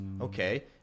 Okay